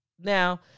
Now